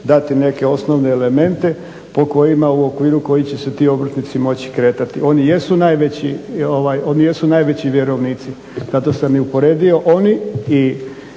dati neke osnovne elemente po kojima, u okviru kojih će se ti obrtnici moći kretati. Oni jesu najveći vjerovnici, zato sam i uporedio.